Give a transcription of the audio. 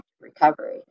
recovery